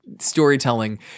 Storytelling